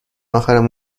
اخرم